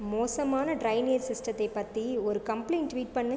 மோசமான டிரைனேஜ் சிஸ்டத்தை பற்றி ஒரு கம்ப்ளைண்ட் ட்வீட் பண்ணு